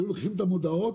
היו לוקחים את המודעות